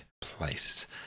place